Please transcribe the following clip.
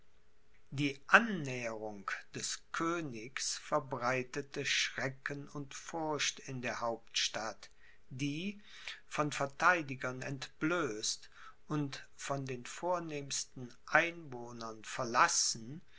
die annäherung des königs verbreitete schrecken und furcht in der hauptstadt die von verteidigern entblößt und von den vornehmsten einwohnern verlassen